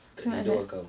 tak tidur ah kau